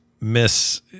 miss